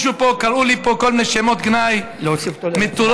קראו לי פה כל מיני שמות גנאי: מטורף,